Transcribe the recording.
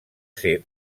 ser